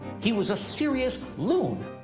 he was a serious loon.